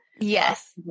Yes